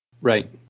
Right